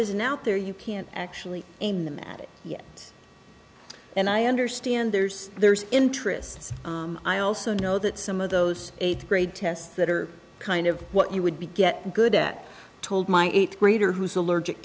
now out there you can't actually aim them at it yet and i understand there's there's interest i also know that some of those eighth grade tests that are kind of what you would be get good at told my eighth grader who is allergic